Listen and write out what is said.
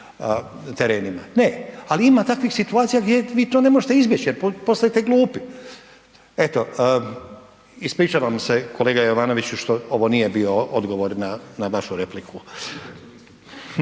terenima, ne, al ima takvih situacija gdje vi to ne možete izbjeć jer postajete glupi, eto ispričavam se kolega Jovanoviću što ovo nije bio odgovor na, na vašu repliku.